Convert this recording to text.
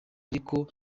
ariko